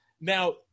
now